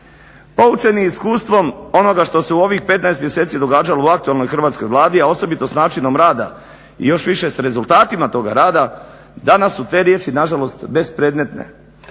Poučeni iskustvom onoga što se u ovih 15 mjeseci događalo u aktualnoj Hrvatskoj vladi, a osobito s načinom rada i još više s rezultatima toga rada, danas su te riječi nažalost bez predmetne.